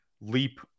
leap